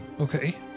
okay